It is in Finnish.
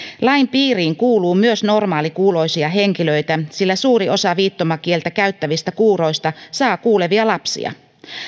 lain piiriin kuuluu myös normaalikuuloisia henkilöitä sillä suuri osa viittomakieltä käyttävistä kuuroista saa kuulevia lapsia